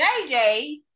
JJ